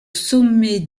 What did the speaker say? sommet